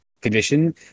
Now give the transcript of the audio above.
condition